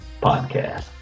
podcast